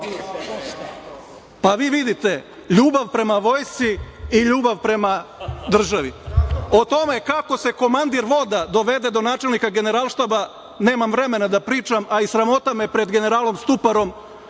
pa vi vidite – ljubav prema vojsci i ljubav prema državi.O tome se komandir voda dovede do načelnika Generalštaba nemam vremena da pričam, a i sramota me je pred generalom Stuparom